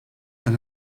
and